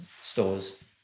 stores